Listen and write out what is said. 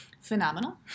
phenomenal